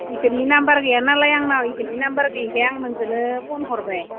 इसोरनि नाम्बार गैयानालाय आंनाव इसोरनि नाम्बार गैयैखाय आं नोंखोनो फन हरबाय